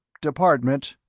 department.